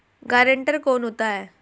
Guarantor कौन होता है?